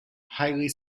haile